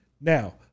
Now